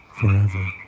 forever